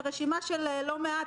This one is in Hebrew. זאת רשימה של לא מעט,